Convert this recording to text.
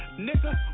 nigga